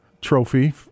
Trophy